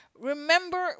Remember